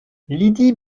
lydie